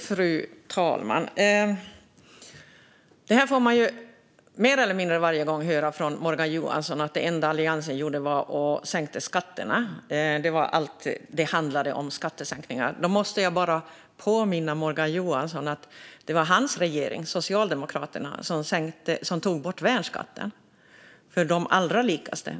Fru talman! Mer eller mindre varje gång får vi höra från Morgan Johansson att det enda Alliansen gjorde var att sänka skatterna. Men låt mig påminna Morgan Johansson om att det var hans regering som tog bort värnskatten för de allra rikaste.